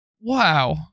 Wow